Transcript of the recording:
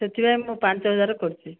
ସେଥିପାଇଁ ମୁଁ ପାଞ୍ଚହଜାର କରିଛି